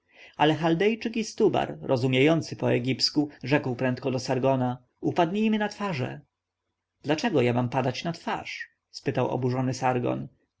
ale chaldejczyk istubar rozumiejąc po egipsku rzekł prędko do sargona upadnijmy na twarze dlaczego ja mam padać na twarz spytał oburzony sargon